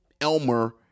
Elmer